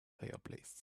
fireplace